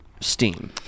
steam